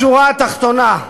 בשורה התחתונה,